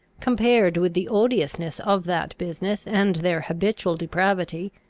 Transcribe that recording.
compared with the odiousness of that business and their habitual depravity,